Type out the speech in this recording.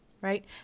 right